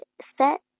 set